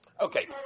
Okay